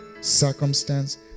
circumstance